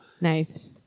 nice